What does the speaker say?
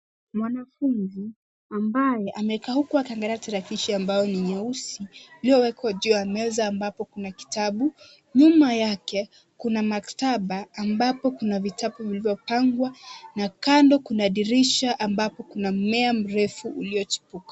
Mwanafunzi ambaye amekaa huku akiangalia tarakilishi ambayo ni nyeusi iliyowekwa juu ya meza ambapo kuna kitabu . Nyuma yake kuna maktaba ambapo kuna vitabu vilivyopangwa na kando kuna dirisha ambapo kuna mmea mrefu uliochipuka.